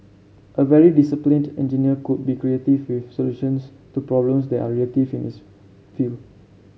a very disciplined engineer could be creative with solutions to problems that are relative in his field